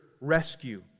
rescue